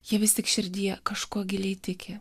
jie vis tik širdyje kažkuo giliai tiki